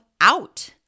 out